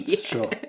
sure